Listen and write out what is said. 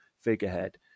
figurehead